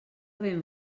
ben